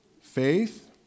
Faith